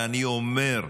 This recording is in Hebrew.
ואני אומר: